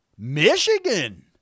Michigan